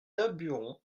daburon